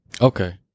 Okay